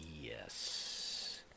yes